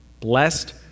Blessed